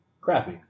crappy